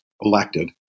elected